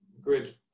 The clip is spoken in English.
grid